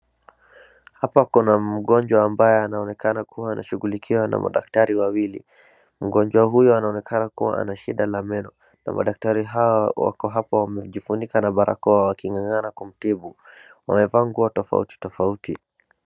Hapa kuna mgonjwa ambaye anaonekana kuwa anashughulikiwa na madaktari wawili. Mgonjwa huyu anaonekana kuwa ana shida na meno na madaktari hawa wako hapa wamejifunika na barakoa waking'ang'ana kumtibu, wamevaa nguo tofautitofauti.